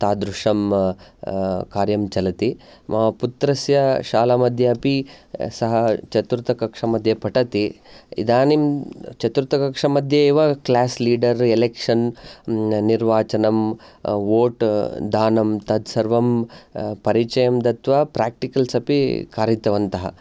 तादृशं कार्यं चलति मम पुत्रस्य शालामध्ये अपि सः चतुर्थकक्षामध्ये पठति इदानीं चतुर्थकक्षामध्ये एव क्लास् लीडर् एलेक्शन् न निर्वाचनं वोट् दानं तत् सर्वं परिचयं दत्त्वा प्रेक्टिकल्स् अपि कारितवन्तः